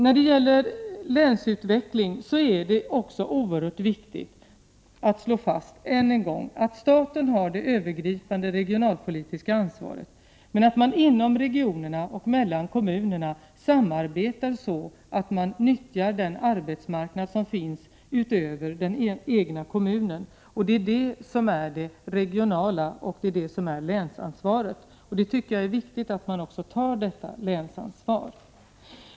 När det gäller länsutvecklingen är det oerhört viktigt att än en gång slå fast att staten har det övergripande regionalpolitiska ansvaret men att man inom regionerna och mellan kommunerna samarbetar så att man nyttjar den arbetsmarknad som finns utöver den egna kommunen. Det är detta som är det regionalpolitiska ansvaret och länsansvaret. Och det är viktigt att också detta länsansvar tas.